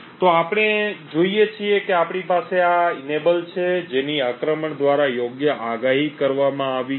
તો આપણે જોઈએ છીએ કે આપણી પાસે આ enable છે જેનીઆક્રમણ દ્વારા યોગ્ય આગાહી કરવામાં આવી છે